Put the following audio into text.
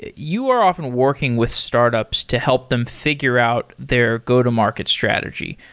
ah you are often working with startups to help them figure out their go-to-market strategy.